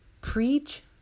preach